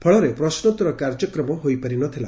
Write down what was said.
ଫଳରେ ପ୍ରଶ୍ନୋଉର କାର୍ଯ୍ୟକ୍ରମ ହୋଇପାରି ନ ଥିଲା